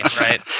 right